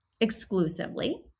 exclusively